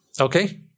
Okay